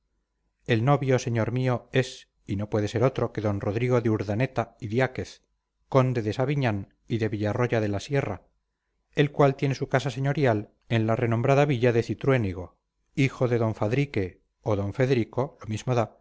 el novio señor mío es y no puede ser otro que d rodrigo de urdaneta idiáquez conde de saviñán y de villarroya de la sierra el cual tiene su casa señorial en la renombrada villa de cintruénigo hijo de don fadrique o d federico lo mismo